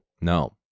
No